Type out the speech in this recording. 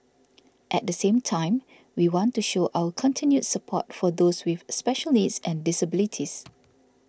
at the same time we want to show our continued support for those with special needs and disabilities